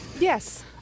Yes